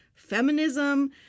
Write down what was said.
feminism